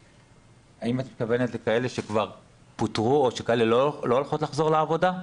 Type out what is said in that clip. האם את מתכוונת לכאלה שכבר פוטרו או לאלה שלא חוזרות לעבודה?